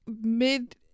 mid